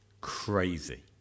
crazy